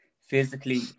physically